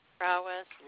prowess